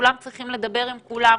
כולם צריכים לדבר עם כולם,